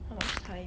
how much time